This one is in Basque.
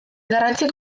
garrantzi